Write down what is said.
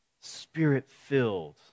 spirit-filled